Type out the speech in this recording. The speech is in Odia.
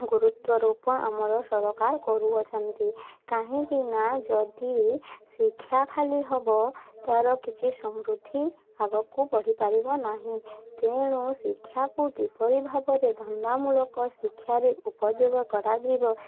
ଗୁରୁତ୍ୱାରୋପ ଆମର ସରକାର କରୁଅଛନ୍ତି କାହିଁକିନା ଯଦି ଶିକ୍ଷା ଖାଲି ହେବ ତାର କିଛି ସମୃଦ୍ଧି ଆଗକୁ ବଢ଼ିପାରିବ ନାହିଁ ତେଣୁ ଶିକ୍ଷାକୁ କିପରି ଭାବରେ ଧନ୍ଦାମୂଳକ ଶିକ୍ଷାରେ ଉପଯୋଗ କରାଯିବ